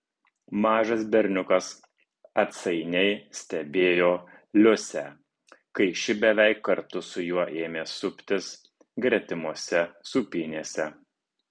mažas berniukas atsainiai stebėjo liusę kai ši beveik kartu su juo ėmė suptis gretimose sūpynėse